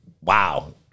Wow